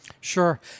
Sure